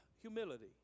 humility